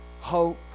hope